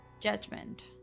Judgment